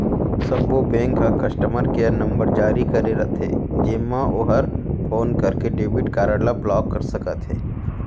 सब्बो बेंक ह customer care number जारी करे रथे जेमा ओहर फोन करके डेबिट कारड ल ब्लाक कर सकत हे